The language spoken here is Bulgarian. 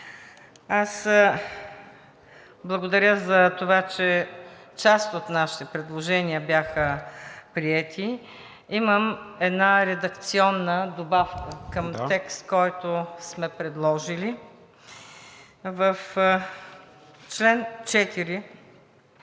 Аз благодаря за това, че част от нашите предложения бяха приети. Имам една редакционна добавка към текст, който сме предложили. В § 4,